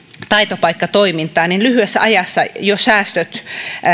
taitopaikka toimintaa niin jo lyhyessä ajassa säästöt